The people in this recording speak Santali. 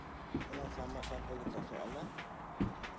ᱚᱱᱟ ᱥᱟᱵᱽ ᱢᱟᱨᱥᱟᱞ ᱛᱮᱞᱮ ᱪᱟᱥᱚᱜᱼᱟᱞᱮ